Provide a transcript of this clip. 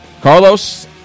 Carlos